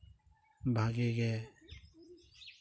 ᱵᱷᱟᱹᱜᱤ ᱜᱮ